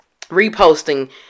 reposting